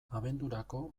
abendurako